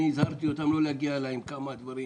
אני הזהרתי אותם לא להגיע אליי עם כמה דברים.